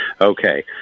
Okay